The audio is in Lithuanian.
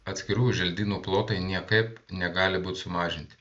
atskirų želdynų plotai niekaip negali būt sumažinti